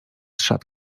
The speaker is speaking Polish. szat